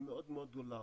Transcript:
היא מאוד מאוד גדולה.